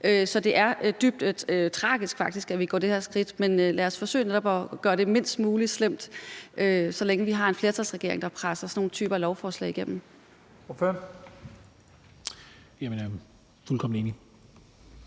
Så det er faktisk dybt tragisk, at vi tager det her skridt, men lad os forsøge netop at gøre det mindst muligt slemt, så længe vi har en flertalsregering, der presser sådan nogle typer lovforslag igennem.